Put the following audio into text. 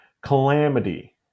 calamity